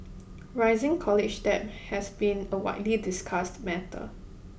rising college debt has been a widely discussed matter